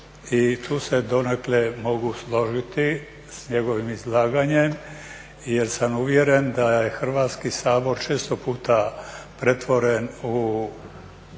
i tu se donekle mogu složiti s njegovim izlaganjem jer sam je uvjeren da je Hrvatski sabor često puta pretvoren u